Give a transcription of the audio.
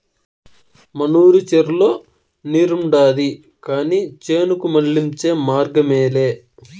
మనూరి చెర్లో నీరుండాది కానీ చేనుకు మళ్ళించే మార్గమేలే